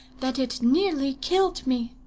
that it nearly killed me.